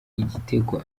igitego